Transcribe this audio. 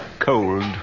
Cold